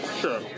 Sure